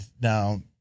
now